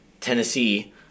Tennessee